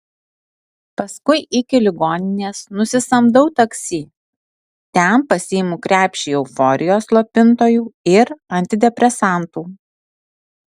paskui iki ligoninės nusisamdau taksi ten pasiimu krepšį euforijos slopintojų ir antidepresantų